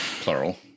plural